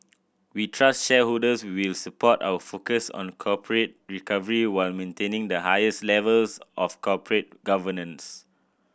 we trust shareholders will support our focus on corporate recovery while maintaining the highest levels of corporate governance